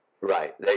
Right